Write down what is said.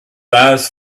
eyes